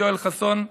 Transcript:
ויואל חסון.